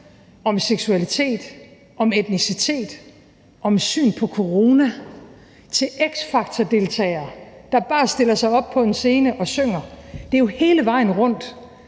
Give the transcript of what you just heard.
om seksualitet, om etnicitet, om syn på corona til X Factor-deltagere, der bare stiller sig op på en scene og synger – det er jo hele vejen rundt,